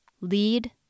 lead